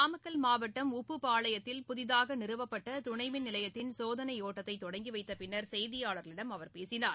நாமக்கல் மாவட்டம் உப்புப்பாளையத்தில் புதிதாக நிறுவப்பட்ட துணை மின்நிலையத்தின் சோதனையோட்டத்தை தொடங்கி வைத்த பின்னர் செய்தியாளர்களிடம் அவர் பேசினார்